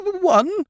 one